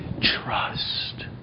Trust